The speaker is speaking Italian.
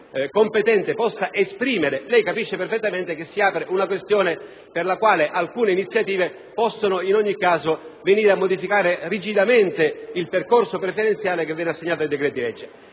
competente possa esprimersi, lei capisce perfettamente che si apre una questione per la quale alcune iniziative possono in ogni caso venire a modificare rigidamente il percorso preferenziale che viene assegnato ai decreti-legge.